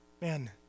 man